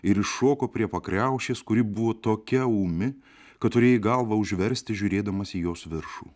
ir įšoko prie pakriaušės kuri buvo tokia ūmi kad turėjai galvą užversti žiūrėdamas į jos viršų